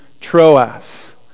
Troas